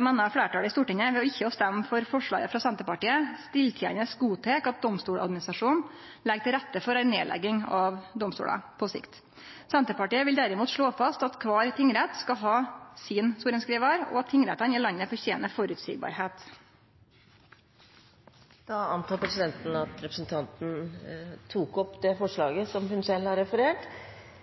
meiner fleirtalet i Stortinget ved ikkje å stemme for forslaget frå Senterpartiet stillteiande godtek at Domstoladministrasjonen legg til rette for ei nedlegging av domstolar på sikt. Senterpartiet vil derimot slå fast at kvar tingrett skal ha sin sorenskrivar, og at tingrettane i landet fortener føreseielegheit. Presidenten antar at representanten vil ta opp forslag? Jeg tar opp Senterpartiets forslag. Representanten Jenny Klinge har da tatt opp det